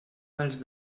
dels